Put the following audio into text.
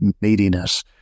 neediness